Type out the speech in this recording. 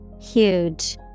Huge